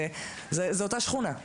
זו אותה שכונה.